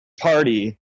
party